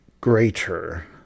greater